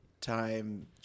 time